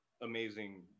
amazing